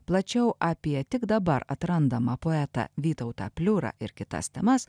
plačiau apie tik dabar atrandamą poetą vytautą pliurą ir kitas temas